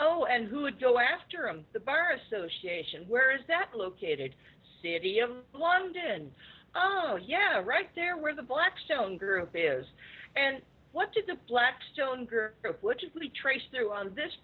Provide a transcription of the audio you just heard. oh and who would go after him the bar association where is that located city of london oh yeah right there where the blackstone group is and what did the blackstone group which is we trace through on this